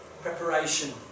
Preparation